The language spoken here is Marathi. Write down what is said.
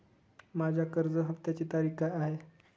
माझ्या कर्ज हफ्त्याची तारीख काय आहे?